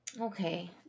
Okay